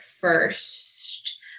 first